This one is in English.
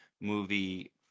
movie